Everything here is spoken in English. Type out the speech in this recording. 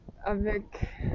avec